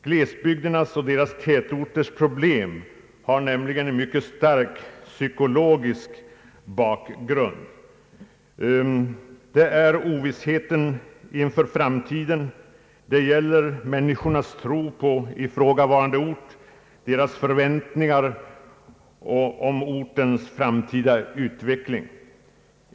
Glesbygdernas och deras tätorters problem har nämligen också en mycket viktig psykologisk bakgrund. Det är ovissheten inför framtiden, människornas sviktande tro på ortens framtida utveckling det gäller.